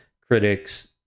critics